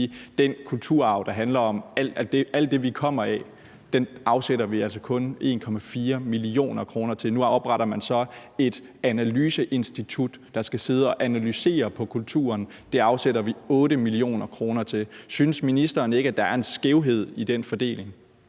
den kulturarv, der handler om alt det, vi kommer af, afsætter vi altså kun 1,4 mio. kr. til. Nu opretter man så et analyseinstitut, der skal sidde og analysere kulturen. Det afsætter vi 8 mio. kr. til. Synes ministeren ikke, at der er en skævhed i den fordeling?